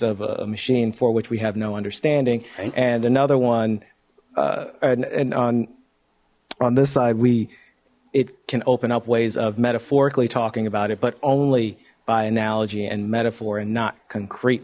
of a machine for which we have no understanding and another one and on on this side we it can open up ways of metaphorically talking about it but only by analogy and metaphor and not concrete